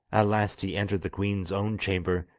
at last he entered the queen's own chamber,